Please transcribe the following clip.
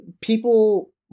people